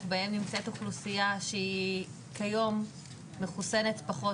בהם נמצאת אוכלוסייה שהיא כיום מחוסנת פחות,